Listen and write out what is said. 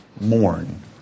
mourn